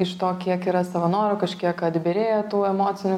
iš to kiek yra savanorių kažkiek atbyrėję tų emocinių